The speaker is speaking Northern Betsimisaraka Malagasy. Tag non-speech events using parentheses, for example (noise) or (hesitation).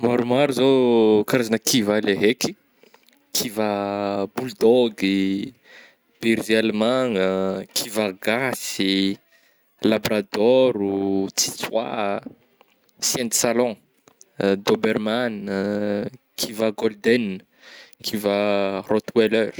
Maromaro zao karazagna kivà le haiky kivà bulldog i, berger allemagna, kivà gasy, labradôro, tsitsihoà, chien de salon, (hesitation) doberman ah, kivà golden, kivà rottweiler.